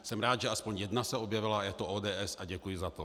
Jsem rád, že aspoň jedna se objevila, je to ODS a děkuji za to.